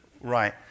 Right